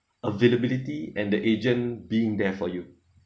availability and the agent being there for you